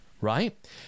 Right